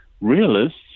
realists